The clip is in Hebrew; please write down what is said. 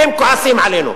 והם כועסים עלינו.